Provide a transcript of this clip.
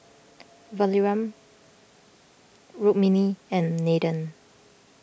Vikram Rukmini and Nathan